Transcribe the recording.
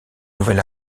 nouvel